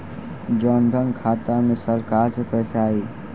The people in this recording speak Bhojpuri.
जनधन खाता मे सरकार से पैसा आई?